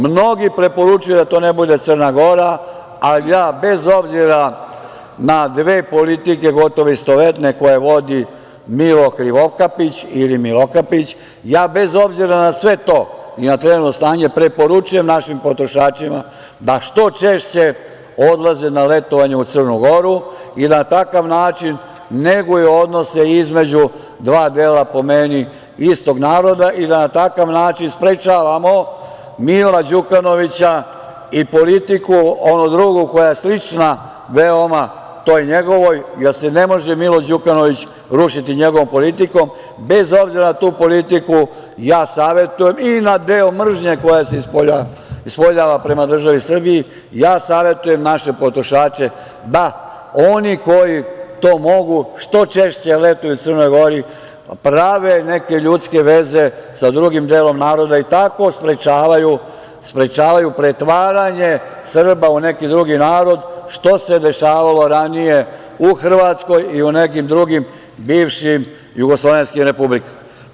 Mnogi preporučuju da to ne bude Crna Gora, ali ja, bez obzira na dve politike gotovo istovetne koje vodi "Milo Krivokapić" ili „Milokapić“, bez obzira na sve to i na trenutno stanje, preporučujem našim potrošačima da što češće odlaze na letovanje u Crnu Goru i na takav način neguju odnose između dva dela, po meni, istog naroda i da na takav način sprečavamo Mila Đukanovića i politiku onu drugu koja je slična veoma toj njegovoj, jer se ne može Milo Đukanović rušiti njegovom politikom, bez obzira na tu politiku i na deo mržnje koja se ispoljava prema državi Srbiji, savetujem naše potrošače da oni koji to mogu što češće letuju u Crnu Goru, prave neke ljudske veze sa drugim delom naroda i tako sprečavaju pretvaranje Srba u neki drugi narod, što se dešavalo ranije u Hrvatskoj i u nekim drugim bivšim jugoslovenskim republikama.